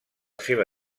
seva